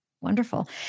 Wonderful